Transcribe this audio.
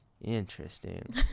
Interesting